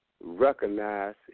recognize